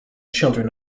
children